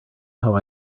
how